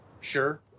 Sure